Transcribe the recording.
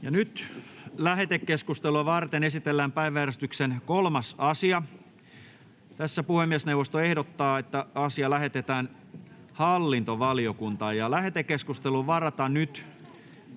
Lähetekeskustelua varten esitellään päiväjärjestyksen 3. asia. Puhemiesneuvosto ehdottaa, että asia lähetetään hallintovaliokuntaan. Lähetekeskusteluun varataan